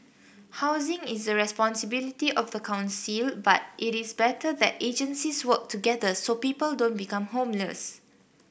housing is the responsibility of the council but it is better that agencies work together so people don't become homeless